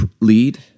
lead